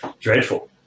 dreadful